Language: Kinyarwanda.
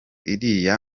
iriya